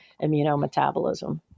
immunometabolism